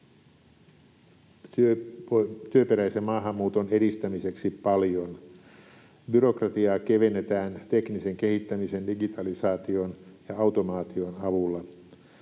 työperäisen maahanmuuton edistämiseksi paljon. Byrokratiaa kevennetään teknisen kehittämisen digitalisaation ja automaation avulla.